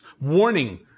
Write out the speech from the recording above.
warning